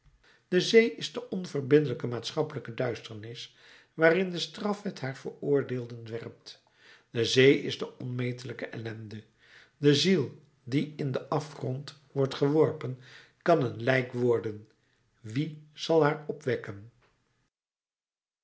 de zee is de onverbiddelijke maatschappelijke duisternis waarin de strafwet haar veroordeelden werpt de zee is de onmetelijke ellende de ziel die in dien afgrond wordt geworpen kan een lijk worden wie zal haar opwekken